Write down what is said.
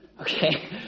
Okay